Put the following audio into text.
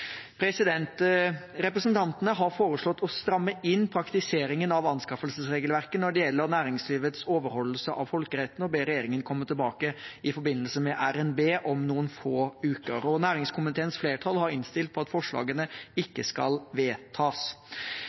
Representantene bak forslaget har foreslått å stramme inn praktiseringen av anskaffelsesregelverket når det gjelder næringslivets overholdelse av folkeretten, og ber regjeringen komme tilbake i forbindelse med RNB, om noen få uker. Næringskomiteens flertall har innstilt på at forslagene ikke skal vedtas.